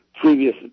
previous